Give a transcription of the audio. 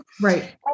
Right